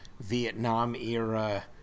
Vietnam-era